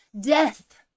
death